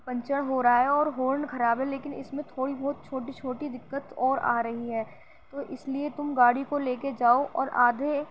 puncture ہو رہا ہے اور ہارن خراب ہے لیکن اس میں تھوڑی بہت چھوٹی چھوٹی دقت اور آ رہی ہے تو اس لیے تم گاڑی کو لے کے جاؤ اور آدھے